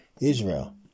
Israel